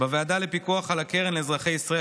בוועדה לפיקוח על הקרן לאזרחי ישראל,